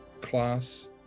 class